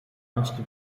erste